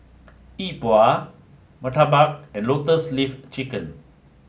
Yi Bua Murtabak and Lotus Leaf Chicken